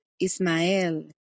Ismael